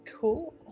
Cool